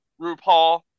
RuPaul